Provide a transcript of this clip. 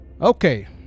Okay